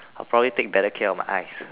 I'll probably take better care of my eyes